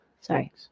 Sorry